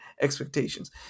expectations